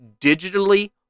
digitally